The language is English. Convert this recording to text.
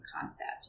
concept